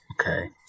okay